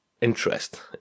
interest